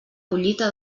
collita